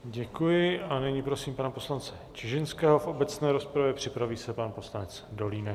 Děkuji a nyní prosím pana poslance Čižinského v obecné rozpravě, připraví se pan poslanec Dolínek.